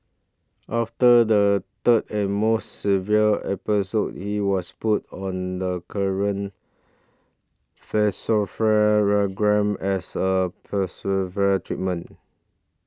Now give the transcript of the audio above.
after the third and most severe episode he was put on the current as a treatment